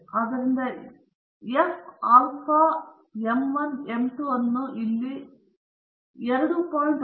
ಆದ್ದರಿಂದ F alpha M 1 M 2 ಅನ್ನು ಇಲ್ಲಿ 2